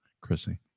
Chrissy